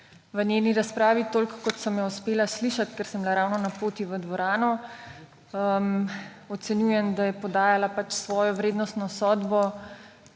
v njeni razpravi, toliko, kot sem jo uspela slišati, ker sem bila ravno na poti v dvorano, ocenjujem, da je podajala pač svojo vrednostno sodbo